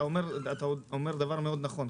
אתה אומר דבר מאוד נכון.